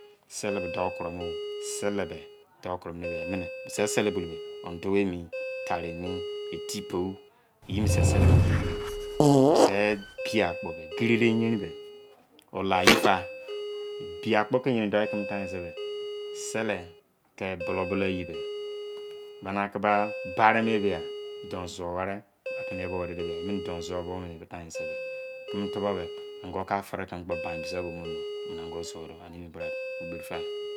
Sele be dou kuromu o bise sele bulu be endo emi tari emi etipu eyimienese sele bulu be emi bibe qbi akpo gerede eyerinbe ola yita ebi akpo ke eyerin doikeme tan bebe sele ke bulo belo eyibe bani ake ba barime bia donzuo wari akene yobo meridebia emene donzuobuo mune tansebe tubo be anqo aprekeme kpo be bain bise yo bo mu nake ango zuobo aniemi bra be eqberita